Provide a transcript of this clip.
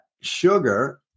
sugar